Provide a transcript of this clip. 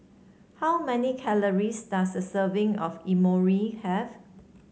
how many calories does a serving of Imoni have